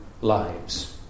lives